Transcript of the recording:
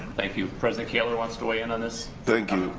thank you. president kaler wants to weigh in on this. thank